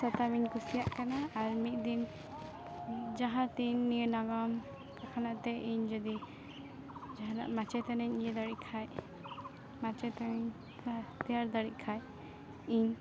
ᱥᱟᱛᱟᱢᱤᱧ ᱠᱩᱥᱤᱭᱟᱜ ᱠᱟᱱᱟ ᱟᱨ ᱢᱤᱫ ᱫᱤᱱ ᱡᱟᱦᱟᱸ ᱛᱤᱱ ᱱᱤᱭᱟᱹ ᱱᱟᱜᱟᱢ ᱛᱚᱠᱷᱚᱱᱟᱜ ᱛᱮ ᱤᱧ ᱡᱩᱫᱤ ᱡᱟᱦᱟᱱᱟᱜ ᱢᱟᱪᱮᱛᱟᱱᱤᱧ ᱤᱭᱟᱹ ᱫᱟᱲᱮᱜ ᱠᱷᱟᱡ ᱢᱟᱪᱮᱛᱟᱹᱱᱤ ᱛᱮᱭᱟᱨ ᱫᱟᱲᱮᱜ ᱠᱷᱟᱡ ᱤᱧ